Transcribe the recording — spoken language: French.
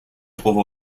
trouve